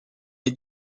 est